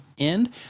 end